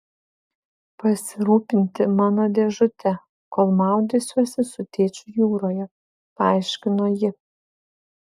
pasirūpinti mano dėžute kol maudysiuosi su tėčiu jūroje paaiškino ji